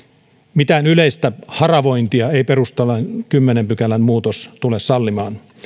mitään yleistä haravointia ei perustuslain kymmenennen pykälän muutos tule sallimaan